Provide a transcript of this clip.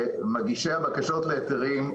מגישי הבקשות להיתרים,